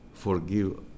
forgive